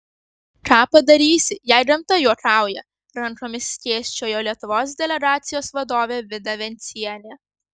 ką padarysi jei gamta juokauja rankomis skėsčiojo lietuvos delegacijos vadovė vida vencienė